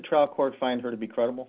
trial court find her to be credible